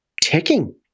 ticking